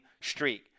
streak